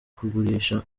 kugurisha